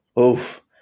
oof